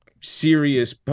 serious